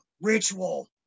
ritual